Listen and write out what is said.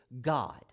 God